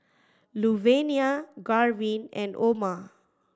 Luvenia Garvin and Oma